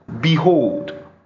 behold